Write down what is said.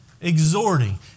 exhorting